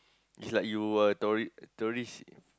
it's like you a tourist tourist